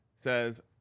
says